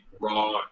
raw